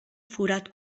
forat